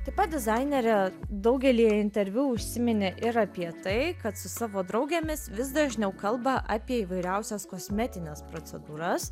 taip pat dizainerė daugelyje interviu užsiminė ir apie tai kad su savo draugėmis vis dažniau kalba apie įvairiausias kosmetines procedūras